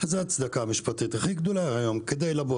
זאת ההצדקה המשפטית הכי גדולה היום כדי לבוא